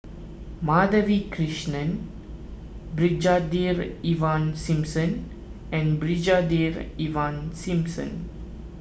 Madhavi Krishnan Brigadier Ivan Simson and Brigadier Ivan Simson